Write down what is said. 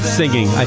singing